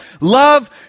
love